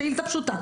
בשאילתא פשוטה,